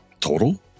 Total